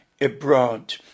abroad